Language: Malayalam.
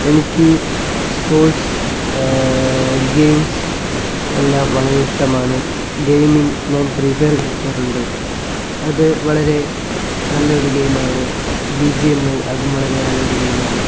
എനിക്ക് സ്പോർട്സ് ഗെയിംസ് എല്ലാം വളരെ ഇഷ്ടമാണ് ഗെയിമിംഗ് ഞാൻ ഫ്രീ ഫയർ കളിക്കാറുണ്ട് അത് വളരെ നല്ല ഒരു ഗെയിമാണ് ബി ജി എം എ അതും വളരെ നല്ലൊരു ഗെയിമാണ്